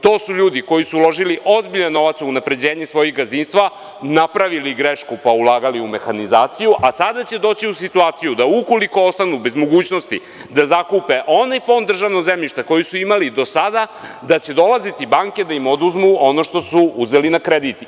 To su ljudi koji su uložili ozbiljan novac u unapređenje svojih gazdinstava, napravili grešku pa ulagali u mehanizaciju, a sada će doći u situaciju da ukoliko ostanu bez mogućnosti da zakupe onaj fond državnog zemljišta koji su imali do sada da će dolaziti banke da im oduzmu ono što su uzeli na kredit.